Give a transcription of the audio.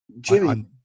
Jimmy